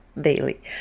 daily